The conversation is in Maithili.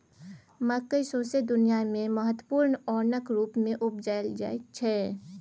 मकय सौंसे दुनियाँ मे महत्वपूर्ण ओनक रुप मे उपजाएल जाइ छै